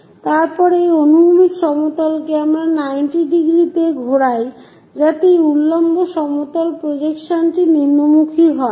তারপর এই অনুভূমিক সমতলকে আমরা 90 ডিগ্রীতে ঘোরাই যাতে এই উল্লম্ব সমতল প্রজেকশনটি নিম্নমুখী হয়